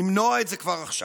למנוע את זה כבר עכשיו.